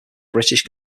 british